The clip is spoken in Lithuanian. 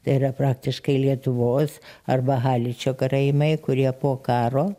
tai yra praktiškai lietuvos arba haličio karaimai kurie po karo